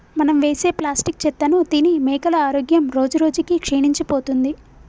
మనం వేసే ప్లాస్టిక్ చెత్తను తిని మేకల ఆరోగ్యం రోజురోజుకి క్షీణించిపోతుంది